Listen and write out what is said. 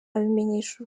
abimenyesha